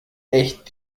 echt